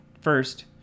first